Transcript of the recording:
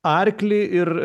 arklį ir